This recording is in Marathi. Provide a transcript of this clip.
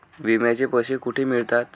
विम्याचे पैसे कुठे मिळतात?